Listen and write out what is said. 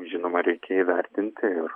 žinoma reikia įvertinti ir